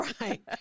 right